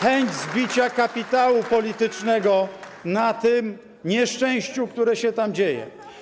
chęć zbicia kapitału politycznego na tym nieszczęściu, które się tam dzieje.